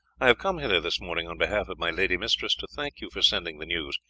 i have come hither this morning on behalf of my lady mistress to thank you for sending the news,